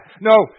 No